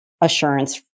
assurance